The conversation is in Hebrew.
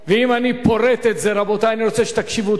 אם אני פורט את זה, רבותי, אני רוצה שתקשיבו טוב.